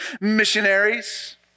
missionaries